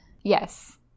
Yes